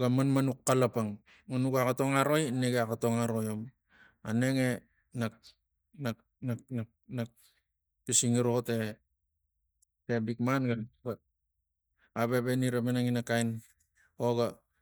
ga manmanux xalapang vo nug axotonga roi negi axotongaroiom aneng e nak- nak- nak- nak- nak pising giro te- te bikman ga- ga- ga avevenira panangaina kain oga